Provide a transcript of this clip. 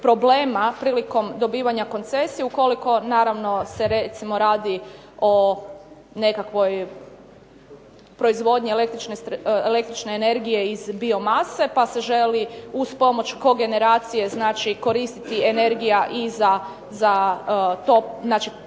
prilikom dobivanja koncesije ukoliko naravno se recimo radi o nekakvoj proizvodnji električne energije iz biomase pa se želi uz pomoć kogeneracije koristiti energija i za, znači